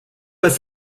pas